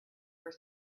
were